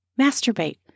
Masturbate